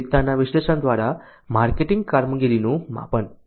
વિવિધતાના વિશ્લેષણ દ્વારા માર્કેટિંગ કામગીરીનું માપન